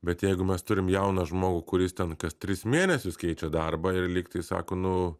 bet jeigu mes turim jauną žmogų kuris ten kas tris mėnesius keičia darbą ir lygtai sako nu